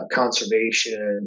conservation